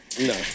No